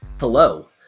Hello